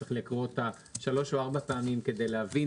צריך לקרוא אותה שלוש או ארבע פעמים להבין.